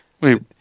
Wait